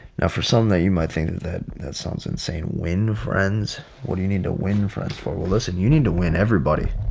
now for some that you might think that that sounds insane when friends what do you need to win friends for? well listen, you need to win everybody.